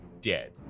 dead